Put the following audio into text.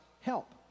help